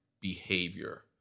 behavior